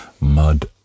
mud